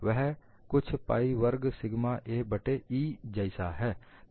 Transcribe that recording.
यह कुछ पाइ वर्ग सिग्मा a बट्टे E जैसा है